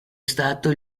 stato